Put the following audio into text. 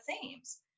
themes